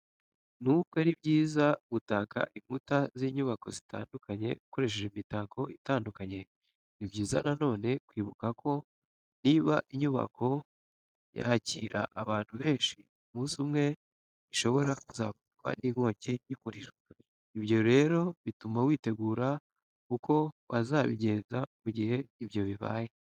Nubwo ari byiza gutaka inkuta z'inyubako zitandukanye ukoresheje imitako itandukanye, ni byiza na none kwibuka ko niba inyubako yakira abantu benshi, umunsi umwe ishobora kuzafatwa n'inkongi y'umuriro. Ibyo rero bituma witegura uko wazabigenza mu gihe ibyo bibaye.